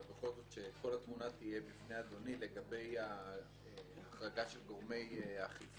אבל בכל זאת שכל התמונה תהיה בפני אדוני לגבי ההחרגה של גורמי אכיפה.